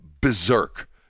berserk